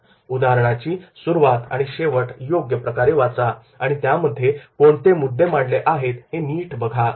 याकरिता उदाहरणाची सुरुवात आणि शेवटी योग्य प्रकारे वाचा आणि त्या मध्ये कोणते मुद्दे मांडले आहेत ते नीट बघा